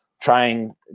trying